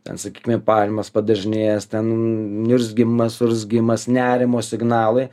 ten sakykim kvėpavimas padažnėjęs ten niurzgimas urzgimas nerimo signalai